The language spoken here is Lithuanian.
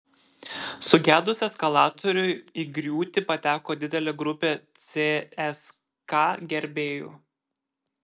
sugedus eskalatoriui į griūtį pateko didelė grupė cska gerbėjų